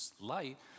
light